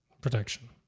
protection